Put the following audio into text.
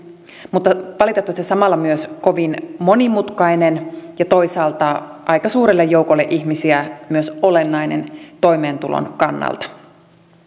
mutta valitettavasti samalla myös kovin monimutkainen ja toisaalta aika suurelle joukolle ihmisiä myös olennainen toimeentulon kannalta